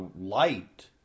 light